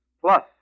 plus